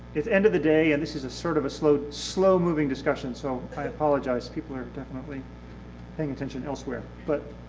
is end of the day and this is sort of a slow-moving slow-moving discussion, so i apologize people are definitely paying attention elsewhere, but